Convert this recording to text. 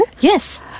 Yes